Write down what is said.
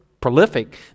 prolific